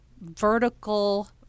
vertical